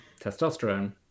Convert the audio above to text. testosterone